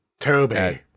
Toby